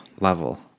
level